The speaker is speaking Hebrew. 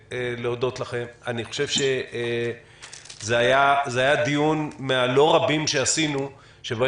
חושב שזה היה דיון מהלא רבים שעשינו שבו